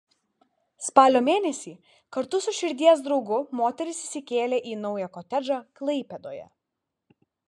spalio mėnesį kartu su širdies draugu moteris įsikėlė į naują kotedžą klaipėdoje